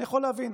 אני יכול להבין.